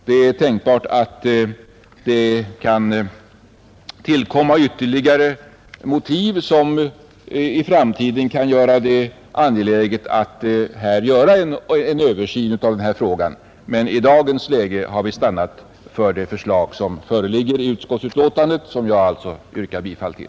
Det är tänkbart att ytterligare motiv kan tillkomma i framtiden, som gör det angeläget att företa en översyn av denna fråga, men i dagens läge har vi stannat för det förslag som finns i utskottets betänkande och som jag nu ber att få yrka bifall till.